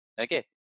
Okay